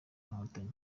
nkotanyi